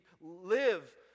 live